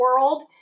world